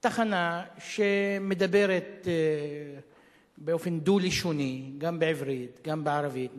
תחנה דו-לשונית שמשדרת גם בעברית, גם בערבית.